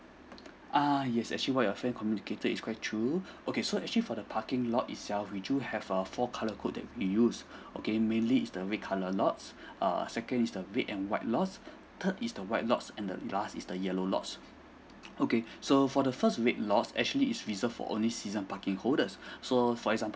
uh yes actually what your friend communicated is quite true okay so actually for the parking lot itself we do have err four colour code that we use okay mainly is the red colour lots err second is the red and white lots third is the white lots and the last is the yellow lots okay so for the first red lots actually is reserved for only season parking holders so for example